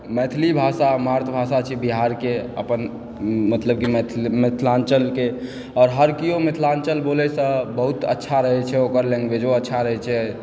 मैथिली भाषा मातृभाषा छै बिहारके अपन मतलब कि मिथिलाञ्चलके आओर हर केओ मिथिलाञ्चल बोलयसँ बहुत अच्छा रहै छै ओकर लैंग्वेज अच्छा रहै छै